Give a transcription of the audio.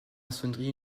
maçonnerie